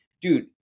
dude